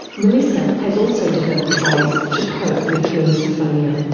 melissa has also developed ways to cope with her misophonia.